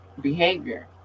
behavior